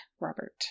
Robert